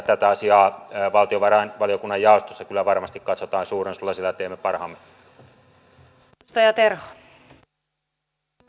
tätä asiaa valtiovarainvaliokunnan jaostossa kyllä varmasti katsotaan suurennuslasilla ja teemme parhaamme